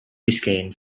biscayne